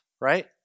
right